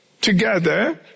together